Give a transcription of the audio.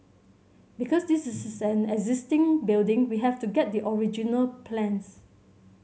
because this is an existing building we have to get the original plans